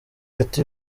ati